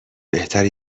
بهتره